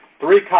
three